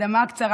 הקדמה קצרה.